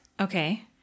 Okay